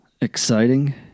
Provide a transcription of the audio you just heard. Exciting